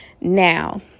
now